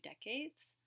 decades